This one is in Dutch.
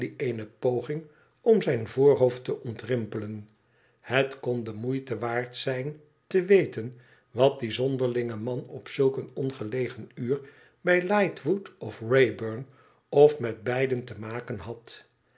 eene poging om zijn voorhoofd te ontrimpelen het kon de moeite waard zijn te weten wat die zonderlinge man op zulk een ongelegen uur bij lightwood of wrayburn of met beiden te maken had